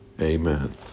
Amen